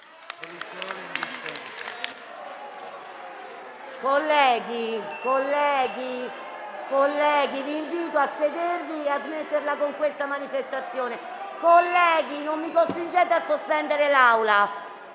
Colleghi, vi invito a rimanere seduti e a smetterla con questa manifestazione. Non mi costringete a sospendere l'Aula,